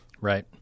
Right